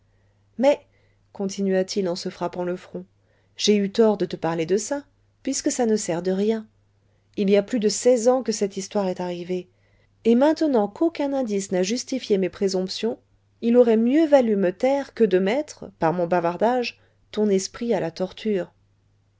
mais continua-t-il en se frappant le front j'ai eu tort de te parler de ça puisque ça ne sert de rien il y a plus de seize ans que cette histoire est arrivée et maintenant qu'aucun indice n'a justifié mes présomptions il aurait mieux valu me taire que de mettre par mon bavardage ton esprit à la torture